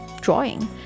drawing